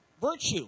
Virtue